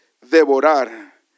devorar